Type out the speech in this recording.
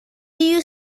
you